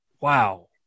wow